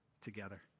together